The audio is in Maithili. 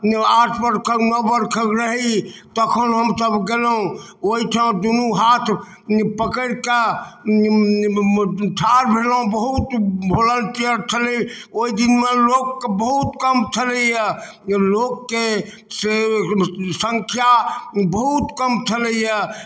आठ बरखक नओ बरखक रही तखन हमसब गेलहुॅं ओहिठाम दूनू हाथ पकड़ि कऽ ठाड़ भेलहुॅं बहुत वोलेंटियर छलै ओहि दिन मे लोक बहुत कम छलैया लोकके से संख्या बहुत कम छलैया